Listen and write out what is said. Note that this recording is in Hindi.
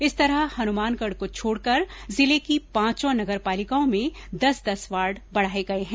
इस तरह हनुमानगढ़ को छोड़कर जिले की पांचों नगरपालिकाओं में दस दस वार्ड बढ़ाए गए हैं